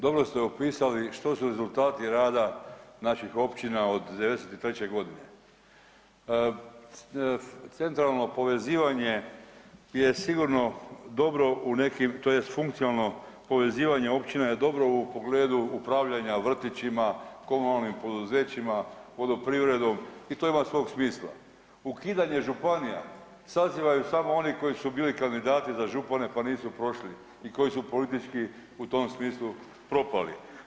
Dobro ste opisali što su rezultati rada naših općina od '93.g. Centralno povezivanje je sigurno dobro tj. funkcionalno povezivanje općina je dobro u pogledu upravljanja vrtićima, komunalnim poduzećima, vodoprivredi i to ima svog smisla, ukidanje županija sazivaju samo oni koji su bili kandidati za župane pa nisu prošli i koji su politički u tom smislu propali.